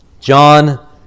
John